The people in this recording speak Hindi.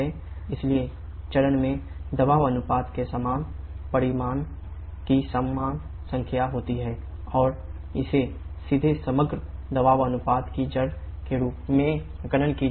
प्रत्येक चरण में दबाव अनुपात के समान परिमाण की समान संख्या होती है और इसे सीधे समग्र दबाव अनुपात की जड़ के रूप में गणना की जा सकती है